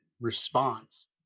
response